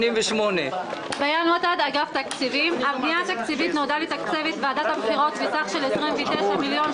188-187. הפנייה התקציבית נועדה לתקצב את ועדת הבחירות בסך של 29,340